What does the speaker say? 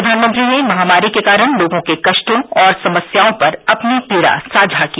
प्रधानमंत्री ने महामारी के कारण लोगों के कष्टों और समस्याओं पर अपनी पीड़ा साझा की